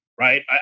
right